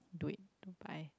do it to buy